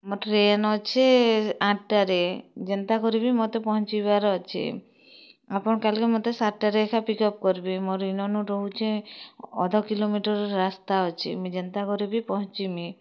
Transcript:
ମୋର୍ train ଅଛେ ଆଠ୍ଟାରେ ଯେନ୍ତା କରିକି ମୋତେ ପହଁଞ୍ଚିବାର୍ ଅଛେ ଆପଣ୍ କାଏଲ୍ ମୋତେ ସାତ୍ଟାରେ ଏକା ପିକ୍ଅପ୍ କର୍ବେ ମୋର୍ ଇନ ରହୁଛେ ଅଧ କିଲୋମିଟର୍ ରାସ୍ତା ଅଛେ ମୁଇଁ ଯେନ୍ତା କରିକି ପହଁଞ୍ଚିମି